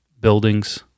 buildings